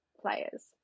players